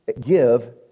give